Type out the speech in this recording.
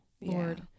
Lord